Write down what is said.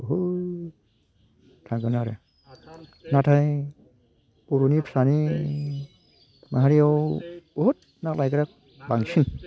बहुत थांगोन आरो नाथाय बर'नि फिसानि माहारियाव बहुत ना लायग्रा बांसिन